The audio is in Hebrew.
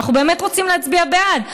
אנחנו באמת רוצים להצביע בעד,